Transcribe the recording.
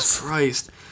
Christ